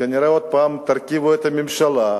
כנראה עוד פעם תרכיבו את הממשלה.